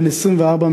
בן 24,